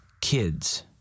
kids